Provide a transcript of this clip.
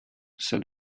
said